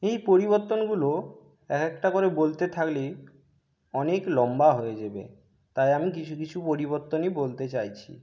এই পরিবর্তনগুলো এক একটা করে বলতে থাকলে অনেক লম্বা হয়ে যাবে তাই আমি কিছু কিছু পরিবর্তনই বলতে চাইছি